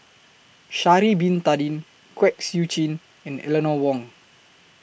Sha'Ari Bin Tadin Kwek Siew Jin and Eleanor Wong